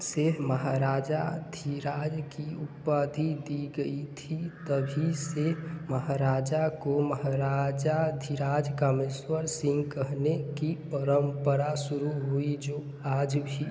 से महाराजा धीराज की उपाधि दी गई थी तभी से महाराजा को महाराजा धीराज कामेश्वर सिंह कहने की परम्परा शुरू हुई जो आज भी